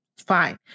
Fine